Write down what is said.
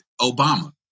Obama